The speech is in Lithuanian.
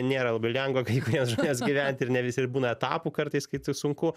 nėra labai lengva kai kuriems žmonėms gyventi ir ne visi ir būna etapų kartais kai sunku